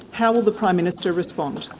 how will the prime minister respond?